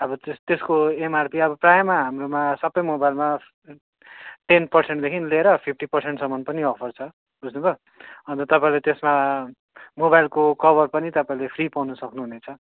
अब त्यस त्यसको एमआरपी अब प्रायमा हाम्रोमा सबै मोबाइलमा टेन पर्सेन्टदेखि लिएर फिफ्टी पर्सेन्टसम्म पनि अफर छ बुझ्नुभयो अन्त तपाईँको त्यसमा मोबाइलको कभर पनि तपाईँले फ्री पाउनु सक्नुहुनेछ